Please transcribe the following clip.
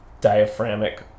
diaphragmic